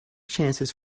chances